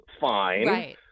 fine